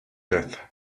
death